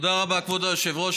תודה רבה, כבוד היושב-ראש.